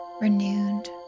renewed